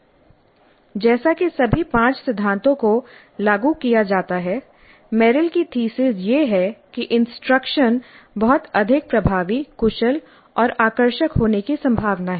जैसा कि सभी पांच सिद्धांतों को लागू किया जाता है मेरिल की थीसिस यह है कि इंस्ट्रक्शन बहुत अधिक प्रभावी कुशल और आकर्षक होने की संभावना है